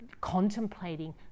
contemplating